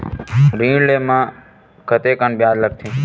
ऋण ले म कतेकन ब्याज लगथे?